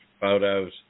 Photos